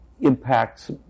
impacts